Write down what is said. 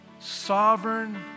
sovereign